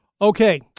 Okay